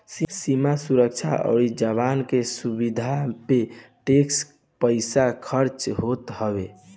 सीमा सुरक्षा अउरी जवान की सुविधा पे टेक्स के पईसा खरच होत हवे